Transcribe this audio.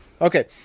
Okay